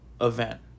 event